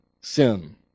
sin